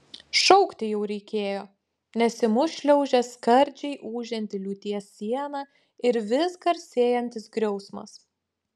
šaukti jau reikėjo nes į mus šliaužė skardžiai ūžianti liūties siena ir vis garsėjantis griausmas